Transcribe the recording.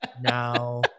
now